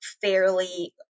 fairly